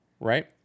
right